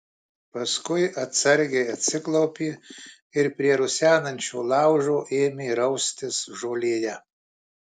paskui atsargiai atsiklaupė ir prie rusenančio laužo ėmė raustis žolėje